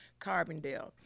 Carbondale